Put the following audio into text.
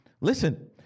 Listen